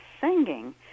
singing